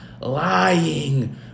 lying